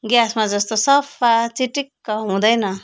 ग्यासमा जस्तो सफा चिटिक्क हुँदैन